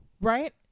Right